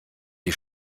die